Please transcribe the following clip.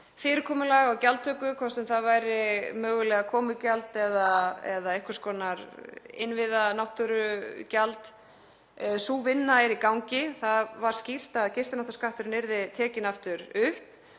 framtíðarfyrirkomulag um gjaldtöku, hvort sem það er mögulega komugjald eða einhvers konar innviða- eða náttúrugjald. Sú vinna er í gangi. Það var skýrt að gistináttaskatturinn yrði tekinn aftur upp